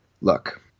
look